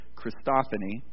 Christophany